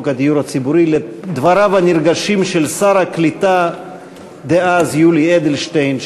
הדיור הציבורי לדבריו הנרגשים של שר הקליטה דאז יולי אדלשטיין,